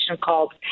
called